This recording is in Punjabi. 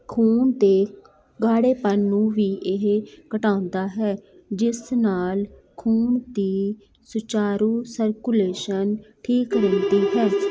ਖੂਨ ਦੇ ਗਾੜੇਪਨ ਨੂੰ ਵੀ ਇਹ ਘਟਾਉਂਦਾ ਹੈ ਜਿਸ ਨਾਲ਼ ਖੂਨ ਦੀ ਸੁਚਾਰੂ ਸਰਕੂਲੇਸ਼ਨ ਠੀਕ ਹੁੰਦੀ ਹੈ